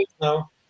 now